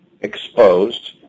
exposed